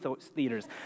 theaters